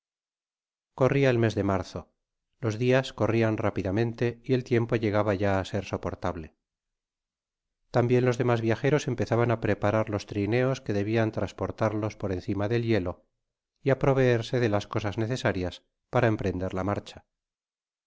el mes de marzo los dias corrian rápidamente y el tiempo llegaba ya á ser soportable tambien los demas viajeros empezaban á preparar los trineos que debían transportarlos por encima del hielo y á proveerse de las cosas necesarias para emprender la marcha